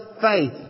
faith